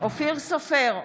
אופיר סופר,